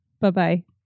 bye-bye